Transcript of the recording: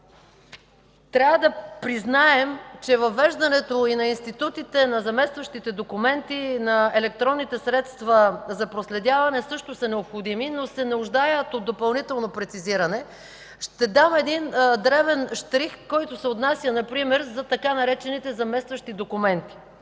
Трябва да признаем, че въвеждането и на институтите на заместващите документи, и на електронните средства за проследяване също са необходими, но се нуждаят от допълнително прецизиране. Ще дам един дребен щрих, който се отнася например за така наречените „заместващи документи”.